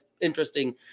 interesting